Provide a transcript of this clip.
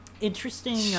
Interesting